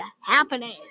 happening